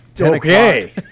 Okay